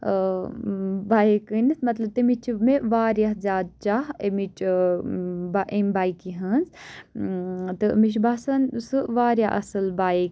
ٲں بایِک أنِتھ مطلب تمِچ چھِ مےٚ واریاہ زیادٕ چاہ أمِچ ٲں امہِ بایکہِ ہنٛز تہٕ مےٚ چھِ باسان سۄ واریاہ اصٕل بایِک